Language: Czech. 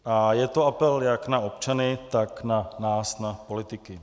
A je to apel jak na občany, tak na nás na politiky.